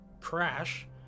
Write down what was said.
Crash